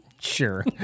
Sure